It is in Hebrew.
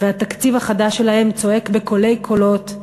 והתקציב החדש שלהם צועק בקולי קולות: